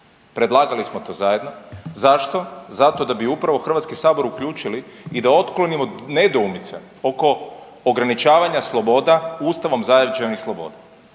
Predlagali smo to zajedno. Zašto, zato da bi upravo HS uključili i da otklonimo nedoumice oko ograničavanja sloboda Ustavom zajamčenih sloboda.